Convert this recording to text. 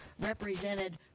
represented